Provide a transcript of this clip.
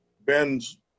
Ben's –